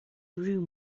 room